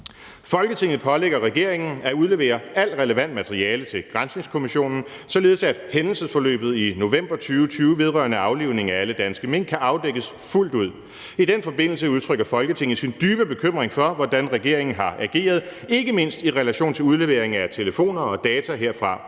»Folketinget pålægger regeringen at udlevere alt relevant materiale til Granskningskommissionen, således at hændelsesforløbet i november 2020 vedrørende aflivningen af alle danske mink kan afdækkes fuldt ud. I den forbindelse udtrykker Folketinget sin dybe bekymring for, hvordan regeringen har ageret – ikke mindst i relation til udlevering af telefoner og data herfra